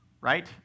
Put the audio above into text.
Right